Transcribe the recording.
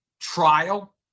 trial